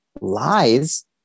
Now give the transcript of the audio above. lies